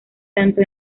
tanto